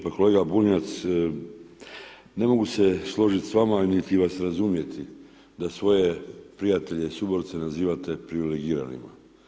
Pa kolega Bunjac, ne mogu se složiti s vama niti vas razumjeti da svoje prijatelje i suborce nazivate privilegiranima.